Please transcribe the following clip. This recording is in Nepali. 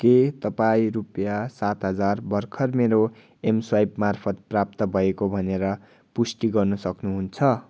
के तपाईँ रुपियाँ सात हजार भर्खर मेरो एमस्वाइप मार्फत प्राप्त भएको भनेर पुष्टि गर्न सक्नुहुन्छ